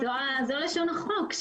זו לשון החוק,